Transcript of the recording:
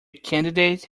candidate